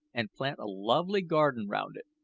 and plant a lovely garden round it,